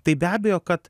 tai be abejo kad